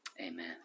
Amen